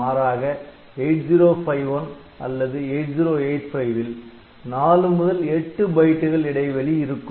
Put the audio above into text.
மாறாக 8051 அல்லது 8085 ல் 4 முதல் 8 பைட்டுகள் இடைவெளி இருக்கும்